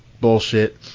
bullshit